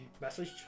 message